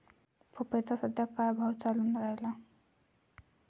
पपईचा सद्या का भाव चालून रायला?